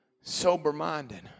sober-minded